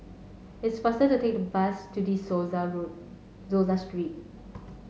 it's faster to take the bus to De Souza Road Souza Street